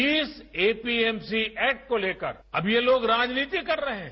जिस APMC act को लेकर अब ये लोग राजनीति कर रहे हैं